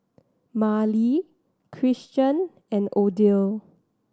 Marley Christion and Odile